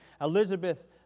Elizabeth